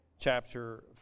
Chapter